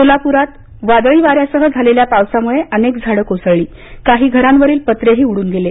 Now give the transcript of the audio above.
सोलापुरात वादळी वाऱ्यासह झालेल्या पावसाम्ळे अनेक झाडं कोसळली काही घरांवरील पत्रे उडून गेले